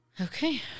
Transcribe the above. okay